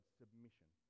submission